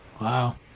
wow